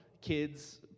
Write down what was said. kids